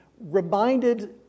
reminded